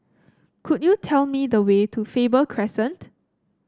could you tell me the way to Faber Crescent